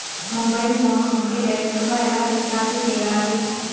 mobile phone నుండి direct గా ఎలా రీచార్జి సేయాలి